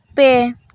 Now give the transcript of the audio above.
ᱯᱮ